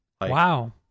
Wow